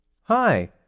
Hi